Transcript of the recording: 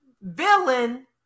villain